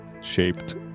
Shaped